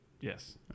Yes